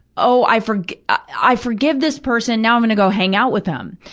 oh, i forgive, i forgive this person, now i'm gonna go hang out with them.